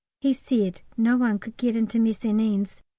he said no one could get into messines,